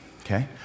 okay